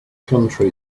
country